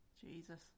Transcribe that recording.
Jesus